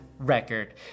record